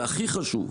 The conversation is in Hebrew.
והכי חשוב,